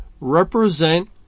represent